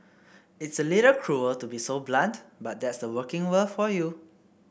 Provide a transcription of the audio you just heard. it's a little cruel to be so blunt but that's the working world for you